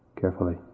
carefully